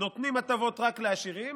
נותנים הטבות רק לעשירים,